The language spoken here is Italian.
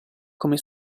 come